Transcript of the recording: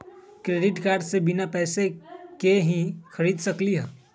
Credit card से बिना पैसे के ही खरीद सकली ह?